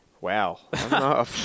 Wow